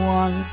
one